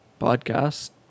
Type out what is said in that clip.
podcast